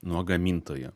nuo gamintojo